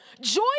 Joy